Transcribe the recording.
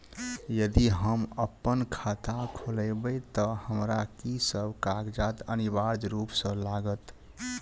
यदि हम अप्पन खाता खोलेबै तऽ हमरा की सब कागजात अनिवार्य रूप सँ लागत?